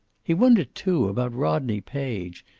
he wondered, too, about rodney page.